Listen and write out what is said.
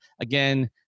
again